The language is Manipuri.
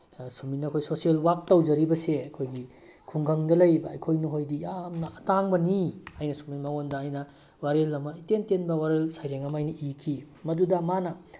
ꯁꯨꯃꯥꯏꯅ ꯑꯩꯈꯣꯏ ꯁꯣꯁꯦꯜ ꯋꯥꯛ ꯇꯧꯖꯔꯤꯕꯁꯦ ꯑꯩꯈꯣꯏꯒꯤ ꯈꯨꯡꯒꯪꯗ ꯂꯩꯔꯤꯕ ꯑꯩꯈꯣꯏ ꯅꯈꯣꯏꯗꯤ ꯌꯥꯝꯅ ꯑꯇꯥꯡꯕꯅꯤ ꯑꯩꯅ ꯁꯨꯃꯥꯏꯅ ꯃꯉꯣꯟꯗ ꯑꯩꯅ ꯋꯥꯔꯦꯡ ꯑꯃ ꯏꯇꯦꯟ ꯇꯦꯟꯕ ꯋꯥꯔꯦꯡ ꯁꯩꯔꯦꯡ ꯑꯃ ꯑꯩꯅ ꯏꯈꯤ ꯃꯗꯨꯗꯤ ꯃꯥꯅ